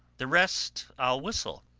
the rest i'll whistle.